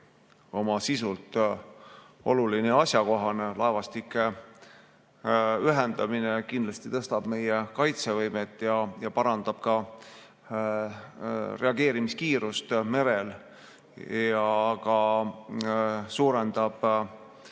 oma sisult oluline ja asjakohane. Laevastike ühendamine kindlasti tõstab meie kaitsevõimet, parandab reageerimiskiirust merel ja suurendab